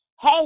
Hey